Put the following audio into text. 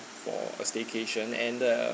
for a staycation and the